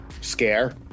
scare